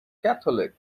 catholic